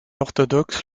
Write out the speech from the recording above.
orthodoxe